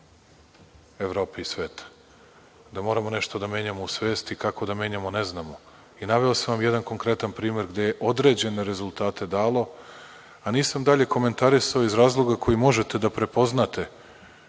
Evrope i sveta, da moramo nešto da menjamo u svesti. Kako da menjamo? Ne znamo. Naveo sam vam jedan konkretan primer gde je određene rezultate dalo, a nisam dalje komentarisao iz razloga koji možete da prepoznate,